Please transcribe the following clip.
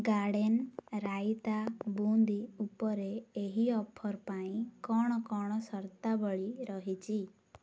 garden raita boondi ଉପରେ ଏହି offer ପାଇଁ କ'ଣ କ'ଣ ସର୍ତ୍ତାବଳୀ ରହିଛି